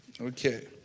Okay